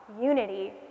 unity